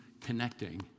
connecting